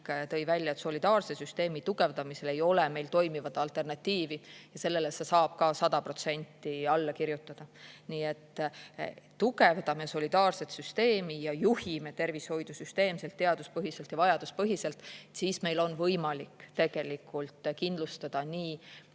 tõi välja, et solidaarse süsteemi tugevdamisele ei ole meil toimivat alternatiivi. Sellele saab ka sada protsenti alla kirjutada. Tugevdame solidaarset süsteemi ja juhime tervishoidu süsteemselt, teaduspõhiselt ja vajaduspõhiselt. Siis meil on võimalik tegelikult kindlustada nii